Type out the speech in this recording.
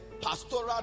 pastoral